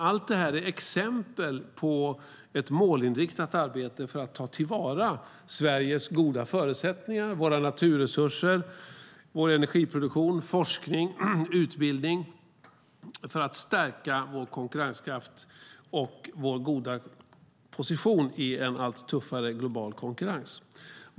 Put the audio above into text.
Allt det här är exempel på ett målinriktat arbete för att ta till vara Sveriges goda förutsättningar, våra naturresurser, vår energiproduktion, forskning och utbildning för att stärka vår konkurrenskraft och vår goda position i en allt tuffare global konkurrens.